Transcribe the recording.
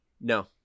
No